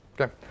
Okay